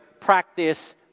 practice